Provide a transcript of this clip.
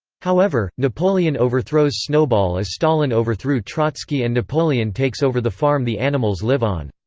however, napoleon overthrows snowball as stalin overthrew trotsky and napoleon takes over the farm the animals live on.